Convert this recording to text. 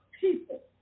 people